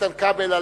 איתן כבל,